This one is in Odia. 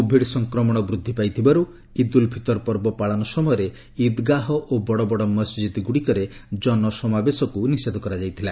କୋଭିଡ ସଫକ୍ରମଣ ବୃଦ୍ଧି ପାଇଥିବାରୁ ଉଦ୍ ଉଲ ଫିତର ପର୍ବ ପାଳନ ସମୟରେ ଇଦ୍ଗାହ ଓ ବଡ ବଡ ମସ୍ଜିଦ୍ଗୁଡିକରେ ଜନସମାବେଶକୁ ନିଷେଧ କରାଯାଇଥିଲା